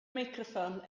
meicroffon